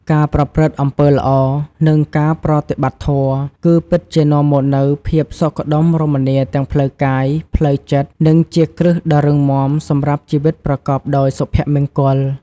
ការប្រព្រឹត្តអំពើល្អ និងការប្រតិបត្តិធម៌ គឺពិតជានាំមកនូវភាពសុខដុមរមនាទាំងផ្លូវកាយ ផ្លូវចិត្ត និងជាគ្រឹះដ៏រឹងមាំសម្រាប់ជីវិតប្រកបដោយសុភមង្គល។